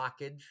blockage